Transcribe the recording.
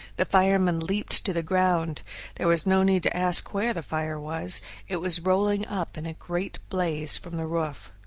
the firemen leaped to the ground there was no need to ask where the fire was it was rolling up in a great blaze from the roof.